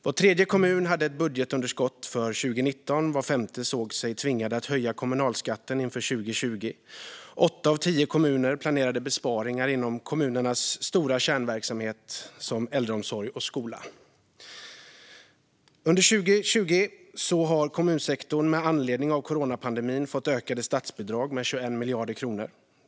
Var tredje kommun hade ett budgetunderskott för 2019, var femte såg sig tvingad att höja kommunalskatten inför 2020 och åtta av tio kommuner planerade besparingar inom kommunernas stora kärnverksamheter som äldreomsorg och skola. Under 2020 har kommunsektorn, med anledning av coronapandemin, fått ökade statsbidrag med 21 miljarder kronor.